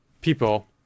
people